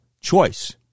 choice